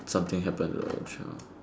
something happen to the lone child